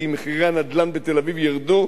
כי מחירי הנדל"ן בתל-אביב ירדו,